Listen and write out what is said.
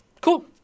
Cool